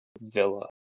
Villa